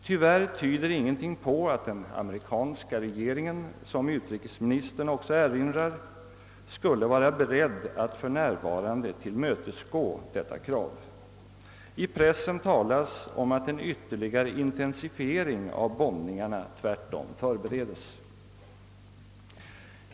Tyvärr tyder ingenting på att den amerikanska regeringen -— som utrikesministern också nämner — skulle vara beredd att för närvarande tillmötesgå detta krav. I pressen talas om att en ytterligare intensifiering av bombningarna tvärtom förberedes.